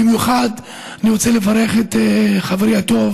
במיוחד אני רוצה לברך את חברי הטוב